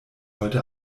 heute